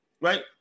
right